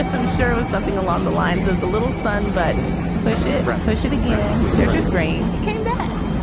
i'm sure it was something along the lines of the little son button push it right. but she began. there's just green. it came back.